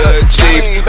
achieve